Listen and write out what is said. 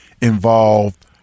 involved